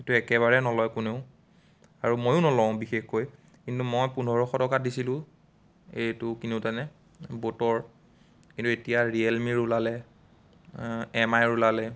এইটো একেবাৰে নলয় কোনেও আৰু ময়ো নলওঁ বিশেষকৈ কিন্তু মই পোন্ধৰশ টকা দিছিলোঁ এইটো কিনোতেনে ব'টৰ কিন্তু এতিয়া ৰিয়েলমিৰ ওলালে এম আইৰ ওলালে